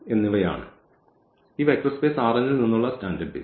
എന്നിവയാണ് ഈ vector space ൽ നിന്നുള്ള സ്റ്റാൻഡേർഡ് ബേസിസ്